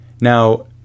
now